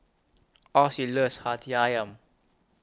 Ossie loves Hati Ayam